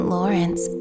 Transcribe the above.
Lawrence